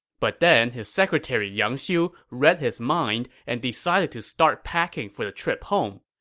but then his secretary yang xiu read his mind and decided to start packing for the trip home.